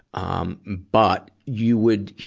um but, you would,